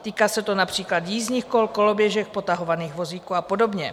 Týká se to například jízdních kol, koloběžek, potahovaných vozíků a podobně.